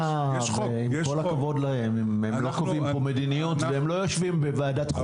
עם כל הכבוד להם הם לא קובעים מדיניות ולא יושבים בוועדת החוקה,